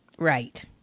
Right